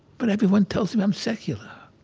but everyone tells me i'm secular.